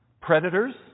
Predators